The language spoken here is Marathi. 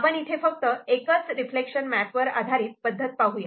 आपण इथे फक्त एकच रिफ्लेक्शन मॅप वर आधारित पद्धत पाहूया